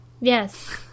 yes